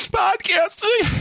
podcasting